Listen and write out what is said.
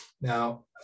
Now